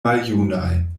maljunaj